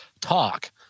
talk